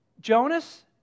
Jonas